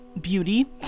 beauty